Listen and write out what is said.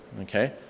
Okay